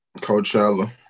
Coachella